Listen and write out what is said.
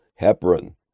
Heparin